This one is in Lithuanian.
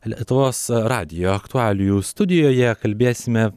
lietuvos radijo aktualijų studijoje kalbėsime